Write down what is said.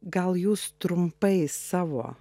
gal jūs trumpai savo